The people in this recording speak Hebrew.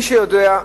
למי שיודע,